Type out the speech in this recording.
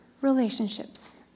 relationships